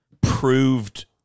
proved